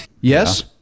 yes